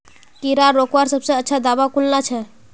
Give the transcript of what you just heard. कीड़ा रोकवार सबसे अच्छा दाबा कुनला छे?